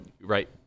right